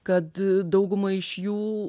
kad dauguma iš jų